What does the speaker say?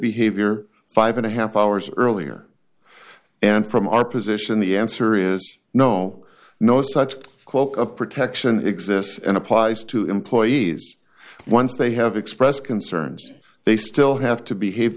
behavior five and a half hours earlier and from our position the answer is no no such cloak of protection exists and applies to employees once they have expressed concerns they still have to behave